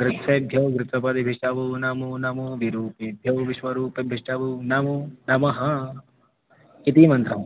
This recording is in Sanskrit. गृत्सेभ्यो गृत्सपतिभ्यश्च वो नमो नमो विरूपेभ्यो विश्वरूपेभ्यश्च वो नमो नमः इति मन्त्रम्